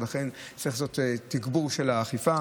ולכן צריך לעשות תגבור של האכיפה.